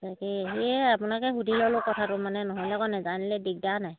তাকে সেয়ে আপোনাকে সুধি ল'লো কথাটো মানে নহ'লে আকৌ নাজানিলে দিগদাৰনে